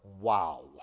wow